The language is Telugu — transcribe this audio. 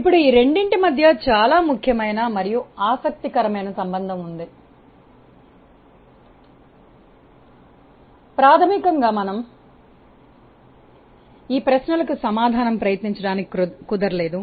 ఇప్పుడు ఈ రెండిటి మధ్య చాలా ముఖ్యమైన మరియు ఆసక్తికరమైన సంబంధం ఉంది ప్రాథమికంగా మనం ఈ ప్రశ్నలకు సమాధానం ప్రయత్నించ డానికి కుదరలేదు